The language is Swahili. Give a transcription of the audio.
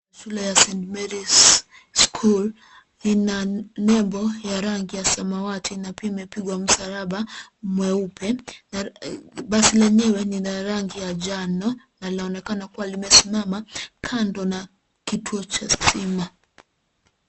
Shule ya, Saint Mary's school, ina nembo ya rangi ya samawati na pia imepigwa msalaba mweupe na basi lenyewe ni la rangi ya rangi ya njano na linaonekana kuwa limesimama kando na kituo cha stima.